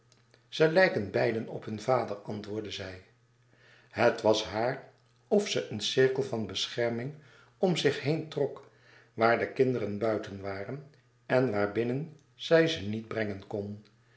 ze lijken beiden op hun vader antwoordde zij het was haar of ze een cirkel van bescherming om zich heen trok waar de kinderen buiten waren en waarbinnen zij ze niet brengen kon